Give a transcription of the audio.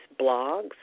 blogs